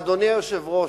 אדוני היושב-ראש,